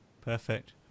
perfect